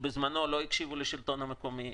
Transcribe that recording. בזמנו לא הקשיבו לשלטון המקומי,